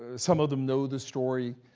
ah some of them know the story,